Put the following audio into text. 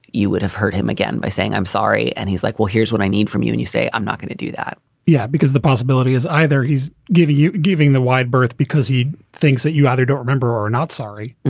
you would have hurt him again by saying, i'm sorry. and he's like, well, here's what i need from you. and you say, i'm not going to do that yeah. because the possibility is either he's giving you giving the wide berth because he thinks that you either don't remember or are not sorry.